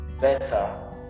better